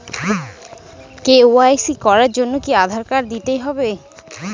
KYC করার জন্য কি আধার কার্ড দিতেই হবে?